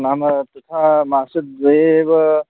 नाम तथा मासद्वये एव